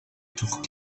tour